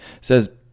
says